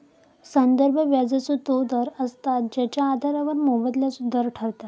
संदर्भ व्याजाचो तो दर असता जेच्या आधारावर मोबदल्याचो दर ठरता